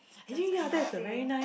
just like nothing